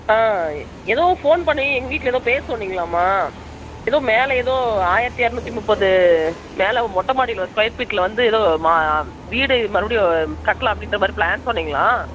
ஆ ஏதோ ஃபோன் பண்ணி எங்கள் வீட்டில் ஏதோ பேச சொன்னீங்களாமா ஏதோ மேலே ஏதோ ஆயிரத்தி இரநூத்தி முப்பது மேல் மொட்டை மாடியில் ஒரு ஸ்கொயர் ஃபீட்டில் வந்து ஏதோ மா வீடு மறுபடியும் கட்டலாம் அப்படீன்ற மாதிரி ப்ளான் சொன்னீங்களா